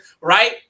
right